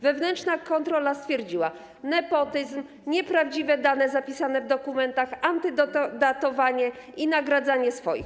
Wewnętrzna kontrola stwierdziła: nepotyzm, nieprawdziwe dane zapisane w dokumentach, antydatowanie i nagradzanie swoich.